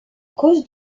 cause